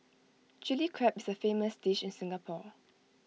Chilli Crab is A famous dish in Singapore